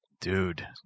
Dude